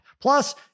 Plus